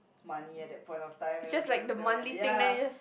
money at that point of time and the the ya